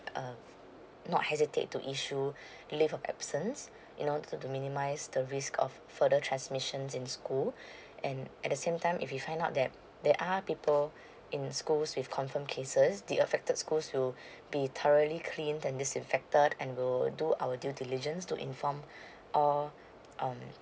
uh not hesitate to issue leave of absence you know to to minimise the risk of further transmissions in school and at the same time if you find up that there're people in schools with confirmed cases the affected school will be thoroughly cleaned then disinfected and we'll do our due diligence to inform all um